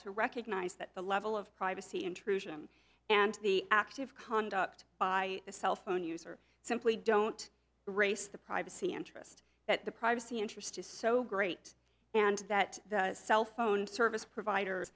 to recognize that the level of privacy intrusion and the active conduct by cellphone use are simply don't race the privacy interest that the privacy interest is so great and that the cell phone service provider